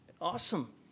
awesome